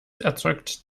erzeugt